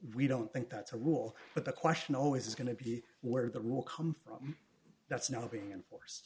we don't think that's a rule but the question always is going to be where that will come from that's not being enforce